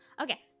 okay